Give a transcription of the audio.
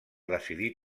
decidir